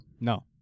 No